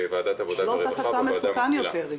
גם מי שמשתמש בקנאביס תהיו זהירים.